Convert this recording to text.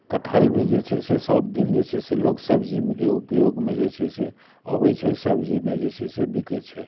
कटहर भी जे छै से सभ दिन जे छै से लोक सब्जीमे के उपयोगमे जे छै से अबैत छै सब्जीमे जे छै से बिकैत छै